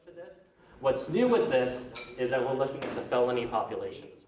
what's new with this is that we're looking at the felony population.